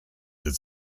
its